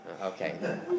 Okay